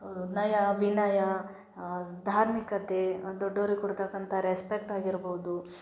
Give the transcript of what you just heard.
ನಯ ವಿನಯ ಧಾರ್ಮಿಕತೆ ದೊಡ್ಡೋರಿಗೆ ಕೊಡ್ತಕ್ಕಂಥ ರೆಸ್ಪೆಕ್ಟ್ ಆಗಿರ್ಬೋದು